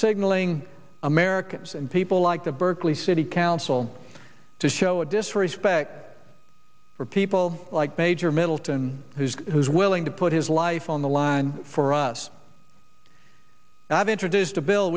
signaling americans and people like the berkeley city council to show a disrespect for people like major middleton who's who's willing to put his life on the line for us and i've introduced a bill